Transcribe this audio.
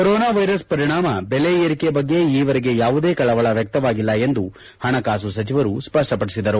corona virus ಪರಿಣಾಮ ಬೆಲೆ ಏರಿಕೆ ಬಗ್ಗೆ ಈವರೆಗೆ ಯಾವುದೇ ಕಳವಳ ವ್ಯಕ್ತವಾಗಿಲ್ಲ ಎಂದು ಪಣಕಾಸು ಸಚಿವರು ಸ್ಪಷ್ಟಪಡಿಸಿದರು